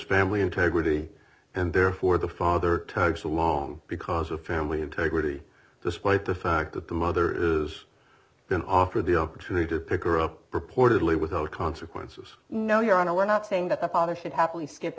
we integrity and therefore the father types along because of family integrity despite the fact that the mother is then offered the opportunity to pick her up purportedly with no consequences no your honor we're not saying that the father should happily skip